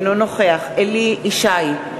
אינו נוכח אליהו ישי,